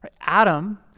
Adam